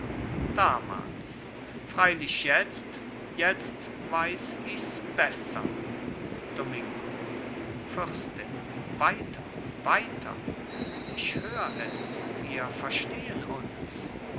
damals freilich jetzt jetzt weiß ichs besser domingo fürstin weiter weiter ich hör es wir verstehen uns